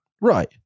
Right